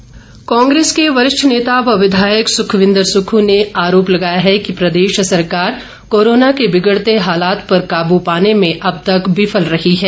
सुक्खू कांग्रेस के वरिष्ठ नेता व विधायक सुखविंद सुक्खू ने आरोप लगाया है कि प्रदेश सरकार कोरोना को बिगड़ते हालात पर काबू पाने में अब तक विफल रही हैं